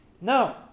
No